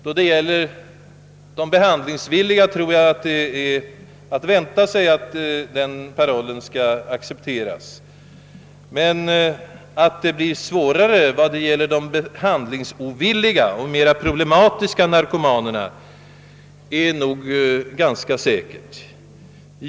Då det gäller de behandlingsvilliga tror jag att det är att vänta, att den parollen utan svårighet skall accepteras, men att det blir svårare vad beträffar de behandlingsovilliga och ur olika synpunkter problematiska narkomanerna är nog ganska säkert.